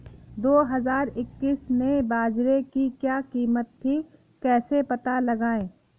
दो हज़ार इक्कीस में बाजरे की क्या कीमत थी कैसे पता लगाएँ?